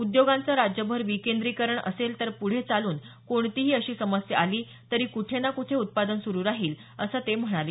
उद्योगांचं राज्यभर विकेंद्रीकरण असेल तर पुढे चालून कोणतीही अशी समस्या आली तरी कुठेना कुठे उत्पादन सुरु राहील असं ते म्हणाले